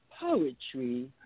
poetry